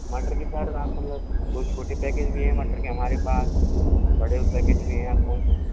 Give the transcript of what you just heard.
मटर के सर आप मतलब बहुत छोटे पैकेट भी हैं हमारे पास और बड़े पैकेट भी हैं आप कौन से